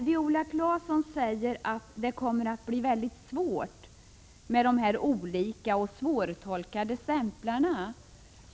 Viola Claesson sade här att det kommer att bli mycket besvärligt med de olika och svårtolkade stämplarna.